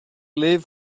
liv